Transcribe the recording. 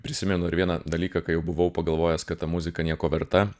prisimenu ir vieną dalyką kai jau buvau pagalvojęs kad ta muzika nieko verta